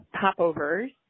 popovers